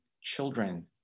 children